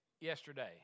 yesterday